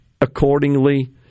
accordingly